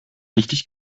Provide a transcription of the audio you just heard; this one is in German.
richtig